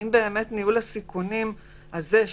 ולכן צריך לבחון האם הדרך של תעדוף